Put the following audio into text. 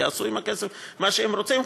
ויעשו עם הכסף מה שהם רוצים,